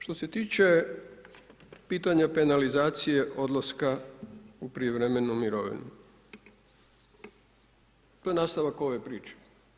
Što se tiče pitanja penalizacije odlaska u prijevremenu mirovinu, to je nastavak ovo priče.